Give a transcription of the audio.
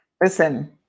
listen